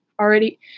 already